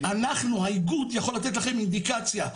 אנחנו האיגוד יכול לתת לכם אינדיקציה.